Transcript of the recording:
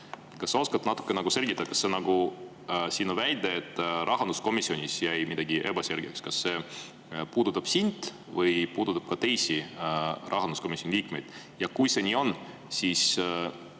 Kas sa oskad natuke selgitada oma väidet, et rahanduskomisjonis jäi midagi ebaselgeks? Kas see puudutab [ainult] sind või puudutab ka teisi rahanduskomisjoni liikmeid? Ja kui see nii on, siis